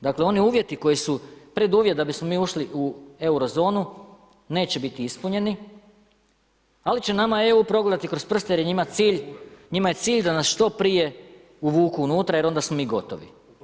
Dakle, oni uvjeti koji su preduvjet da bismo mi ušli u euro zonu neće biti ispunjeni, ali će nama EU progledati kroz prste jer je njima cilj, njima je cilj da nas što prije uvuku unutra jer onda smo mi gotovi.